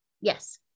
Yes